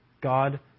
God